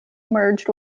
merged